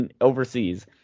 overseas